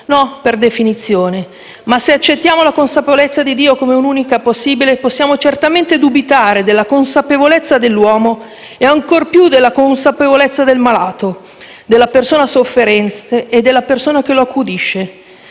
No, per definizione Ma se accettiamo la consapevolezza di Dio come unica possibile, possiamo certamente dubitare della consapevolezza dell'uomo e ancor più della consapevolezza del malato, della persona sofferente e della persona che lo accudisce.